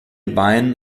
bein